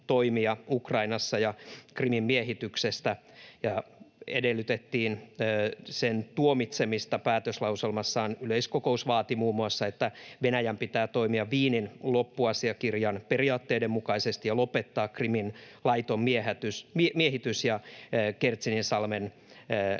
Ukrainassa ja Krimin miehitystä ja edellytettiin sen tuomitsemista. Päätöslauselmassaan yleiskokous vaati muun muassa, että Venäjän pitää toimia Wienin loppuasiakirjan periaatteiden mukaisesti ja lopettaa Krimin laiton miehitys ja Kertšinsalmen